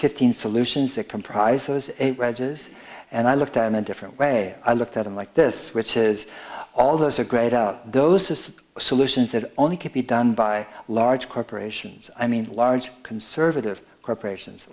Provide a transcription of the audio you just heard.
fifteen solutions that comprises a wedge is and i looked at him a different way i looked at him like this which is all those are great out those as solutions that only could be done by large corporations i mean large conservative corporations